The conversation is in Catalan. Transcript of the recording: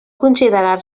considerar